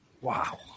Wow